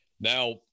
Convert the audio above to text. Now